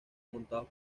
montados